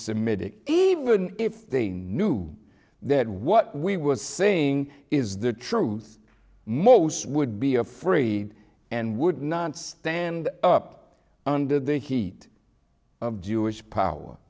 semitic even if they knew that what we were saying is the truth most would be a free and would not stand up under the heat of jewish power